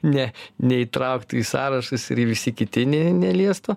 ne neįtrauktų į sąrašus ir visi kiti ne neliestų